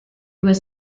was